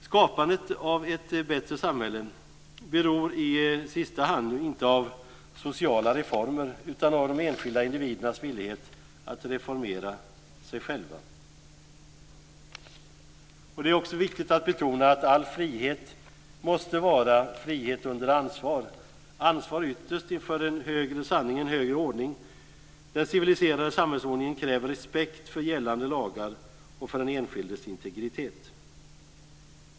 Skapandet av ett bättre samhälle beror i sista hand inte av sociala reformer utan av de enskilda individernas villighet att reformera sig själva. Det är också viktigt att betona att all frihet måste vara frihet under ansvar - ytterst ett ansvar inför en högre sanning, en högre ordning. Den civiliserade samhällsordningen kräver respekt för gällande lagar och för den enskildes integritet.